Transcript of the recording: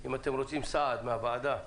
- אם אתם רוצים סעד מהוועדה,